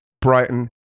Brighton